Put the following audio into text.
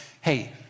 hey